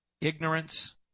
ignorance